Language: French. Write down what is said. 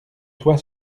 toi